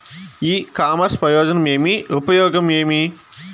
ఇ commerce ప్రయోజనం ఏమి? ఉపయోగం ఏమి?